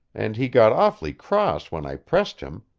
and he got awfully cross when i pressed him,